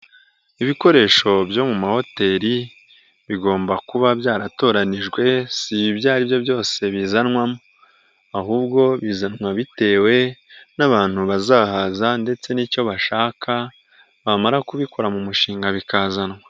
Ibikoresho byo mu mahoteli bigomba kuba byaratoranijwe, si ibyo ari byo byose bizanwamo, ahubwo bizanwa bitewe n'abantu bazahaza ndetse n'icyo bashaka bamara kubikora mu mushinga bikazanwa.